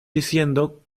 diciendo